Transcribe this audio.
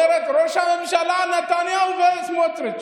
אומרת: ראש הממשלה נתניהו וסמוטריץ'.